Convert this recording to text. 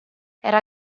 era